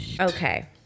Okay